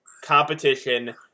competition